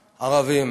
הערבים.